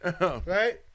Right